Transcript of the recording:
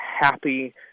happy